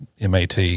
MAT